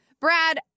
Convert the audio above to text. Brad